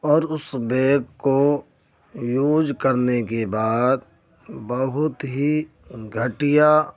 اور اس بیگ کو یوز کرنے کے بعد بہت ہی گھٹیا